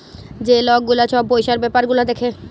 যে লক গুলা ছব পইসার ব্যাপার গুলা দ্যাখে